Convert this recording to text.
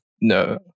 No